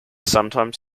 sometimes